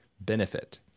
benefit